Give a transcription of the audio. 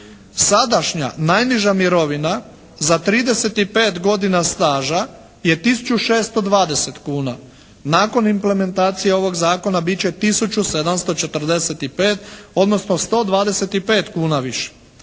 Sadašnja najniža mirovina za 35 godina straža je tisuću 620 kuna. Nakon implementacije ovog zakona bit će tisuću 745 odnosno 125 kuna više.